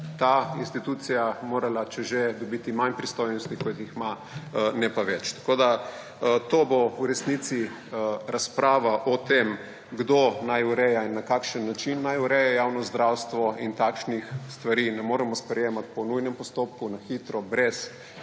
ta institucija morala, če že, dobiti manj pristojnosti, kot jih ima, ne pa več. Tako da, to bo v resnici razprava o tem, kdo naj ureja in na kakšen način naj ureja javno zdravstvo in takšnih stvari ne moremo sprejemat po nujnem postopku, na hitro, brez